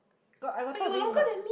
got I got talk to him but